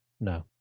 No